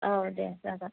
औ दे जागोन